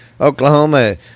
oklahoma